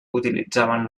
utilitzaven